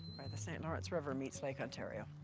where the saint lawrence river meets lake ontario.